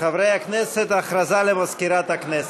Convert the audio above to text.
חברי הכנסת, הודעה למזכירת הכנסת.